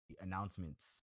announcements